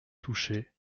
touchet